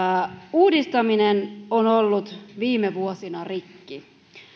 uudistaminen on ollut viime vuosina rikki